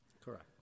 correct